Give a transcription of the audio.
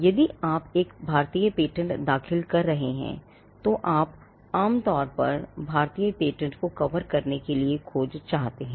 यदि आप एक भारतीय पेटेंट दाखिल कर रहे हैं तो आप आमतौर पर भारतीय पेटेंट को कवर करने के लिए खोज चाहते हैं